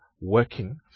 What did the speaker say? working